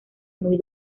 muy